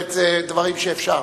דברים שאפשר.